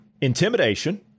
Intimidation